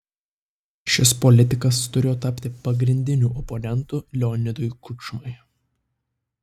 šis politikas turėjo tapti pagrindiniu oponentu leonidui kučmai